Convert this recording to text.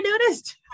noticed